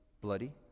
bloody